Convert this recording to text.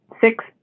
six